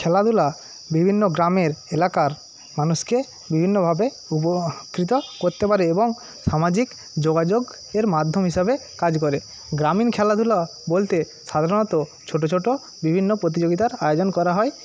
খেলাধুলা বিভিন্ন গ্রামের এলাকার মানুষকে বিভিন্নভাবে উপকৃত করতে পারে এবং সামাজিক যোগাযোগের মাধ্যম হিসেবে কাজ করে গ্রামীণ খেলাধুলা বলতে সাধারণত ছোটো ছো্টো বিভিন্ন প্রতিযোগিতার আয়োজন করা হয়